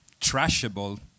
trashable